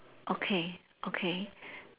okay okay